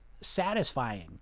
satisfying